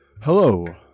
Hello